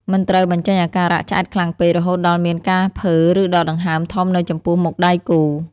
មិនត្រូវបញ្ចេញអាការៈឆ្អែតខ្លាំងពេក រហូតដល់មានការភើ ឬដកដង្ហើមធំនៅចំពោះមុខដៃគូ។